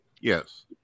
Yes